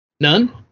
None